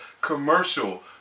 commercial